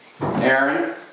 Aaron